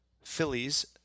Phillies